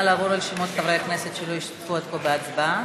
נא לעבור על שמות חברי הכנסת שלא השתתפו עד כה בהצבעה.